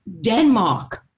Denmark